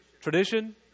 Tradition